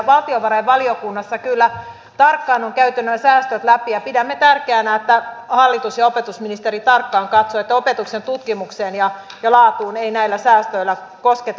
valtiovarainvaliokunnassa kyllä tarkkaan on käyty nämä säästöt läpi ja pidämme tärkeänä että hallitus ja opetusministeri tarkkaan katsovat että opetuksen ja tutkimuksen laatuun ei näillä säästöillä kosketa